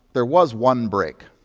there was one break.